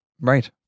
Right